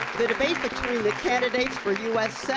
the debate between the candidates for u s.